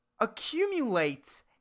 accumulate